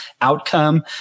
outcome